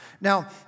Now